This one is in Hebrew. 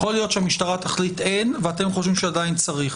יכול להיות שהמשטרה תחליט שאין ואתם חושבים שעדיין צריך,